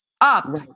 up